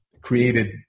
created